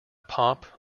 pop